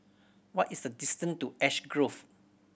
what is the distance to Ash Grove